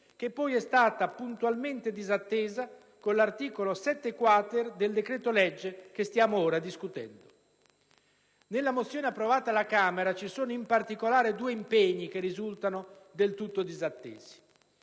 che poi è stata puntualmente disattesa con l'articolo 7-*quater* del decreto-legge che stiamo ora discutendo. Nella mozione approvata alla Camera vi sono, in particolare, due impegni che risultano del tutto disattesi.